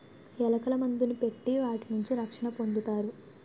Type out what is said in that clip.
ఎలకల మందుని పెట్టి వాటి నుంచి రక్షణ పొందుతారు